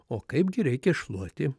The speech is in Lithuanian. o kaipgi reikia šluoti